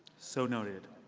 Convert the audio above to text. so noted.